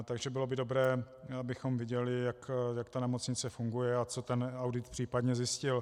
Takže bylo by dobré, abychom viděli, jak nemocnice funguje, a co audit případně zjistil.